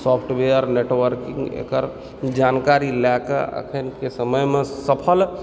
software networking एकर जानकारी लएके अखनके समयमे सफल